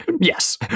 Yes